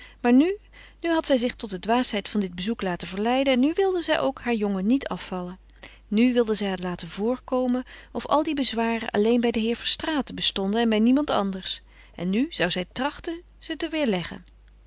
maar nu nu had zij zich tot de dwaasheid van dit bezoek laten verleiden en nu wilde zij ook haar jongen niet afvallen nu wilde zij het laten voorkomen of al die bezwaren alleen bij den heer verstraeten bestonden en bij niemand anders en nu zou zij trachten ze te weêrleggen